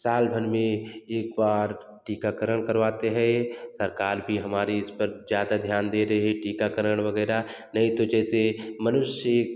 सालभर में एक बार टीकाकरण करवाते हैं सरकार भी हमारे इस पर ज़्यादा ध्यान दे रही है टीकाकरण वगैरह नहीं तो जैसे मनुष्य